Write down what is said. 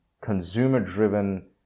consumer-driven